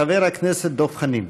חבר הכנסת דב חנין.